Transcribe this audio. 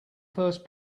first